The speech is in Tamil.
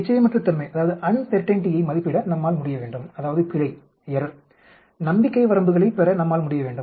நிச்சயமற்ற தன்மையை மதிப்பிட நம்மால் முடிய வேண்டும் அதாவது பிழை நம்பிக்கை வரம்புகளைப் பெற நம்மால் முடிய வேண்டும்